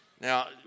Now